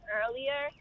earlier